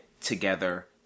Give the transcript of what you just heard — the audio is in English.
together